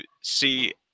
see